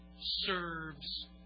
serves